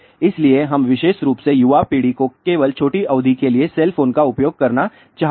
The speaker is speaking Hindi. इसलिए हम विशेष रूप से युवा पीढ़ी को केवल छोटी अवधि के लिए सेल फोन का उपयोग करना चाहते हैं